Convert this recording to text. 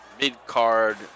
mid-card